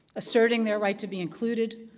asserting their right to be included,